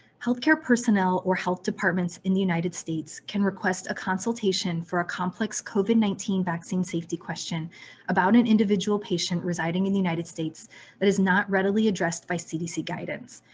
healthcare personnel or health departments in the united states can request consultation are complex covid nineteen vaccine safety question about an individual patient residing in the united states that is not readily addressed by cdc guidance.